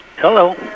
Hello